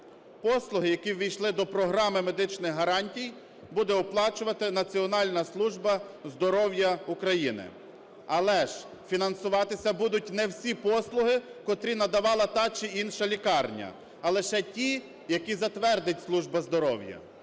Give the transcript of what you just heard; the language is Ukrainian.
Послуги, які ввійшли до програми медичних гарантій, буде оплачувати Національна служба здоров'я України. Але ж фінансуватися будуть не всі послуги, котрі надавала та чи інша лікарня, а лише ті, які затвердить служба здоров'я.